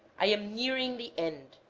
i am nearing the end.